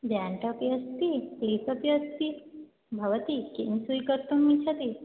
rent अपि अस्ति lease अपि अस्ति भवती किं स्वीकर्तुम् इच्छति